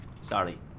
Sorry